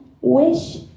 wish